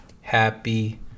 happy